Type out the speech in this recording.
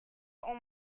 all